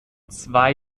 zwei